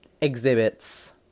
exhibits